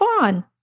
on